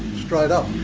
straight up.